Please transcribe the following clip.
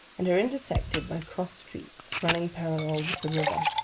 and are intersected by cross streets running parallel with the river.